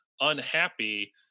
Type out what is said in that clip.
unhappy